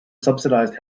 subsidized